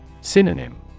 Synonym